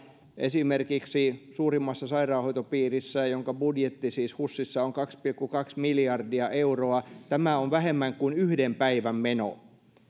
esimerkiksi suurimmassa sairaanhoitopiirissä siis husissa jonka budjetti on kaksi pilkku kaksi miljardia euroa tämä on vähemmän kuin yhden päivän meno